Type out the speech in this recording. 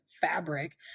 fabric